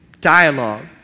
dialogue